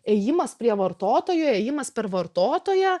ėjimas prie vartotojo ėjimas per vartotoją